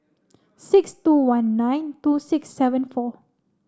six two one nine two six seven four